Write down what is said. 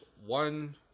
one